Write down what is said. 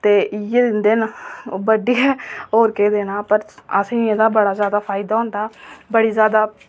इ'यै दिंदे न बड्ढियै होर केह् देना असें ई एह्दा बड़ा जादा फायदा होंदा बड़ी जादा